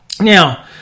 now